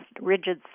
rigid